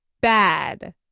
bad